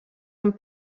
amb